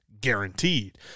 Guaranteed